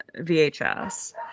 VHS